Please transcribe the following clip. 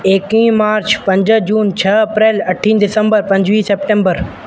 एकवीह मार्च पंज जून छह अप्रैल अठी दिसंबर पंजवीह सैप्टेंबर